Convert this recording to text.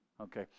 Okay